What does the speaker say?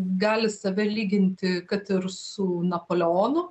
gali save lyginti kad ir su napoleonu